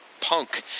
Punk